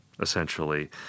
essentially